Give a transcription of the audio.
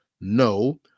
No